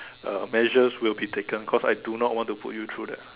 uh measures will be taken cause I do not want to put you through that